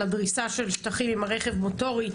של הדריסה של שטחים עם הרכב המוטורי?